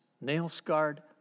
Nail-scarred